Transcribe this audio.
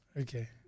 Okay